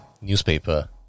newspaper